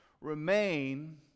remain